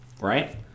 right